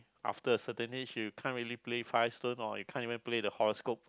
after a certain you should can't really play five stone or you can't even play the horoscope